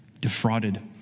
Defrauded